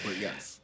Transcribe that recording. yes